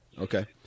Okay